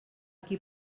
qui